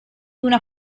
una